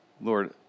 Lord